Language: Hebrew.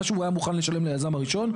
מה שהוא היה מוכן לשלם ליזם הראשון,